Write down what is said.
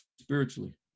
spiritually